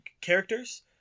characters